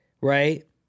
right